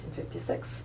1956